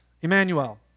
Emmanuel